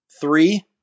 Three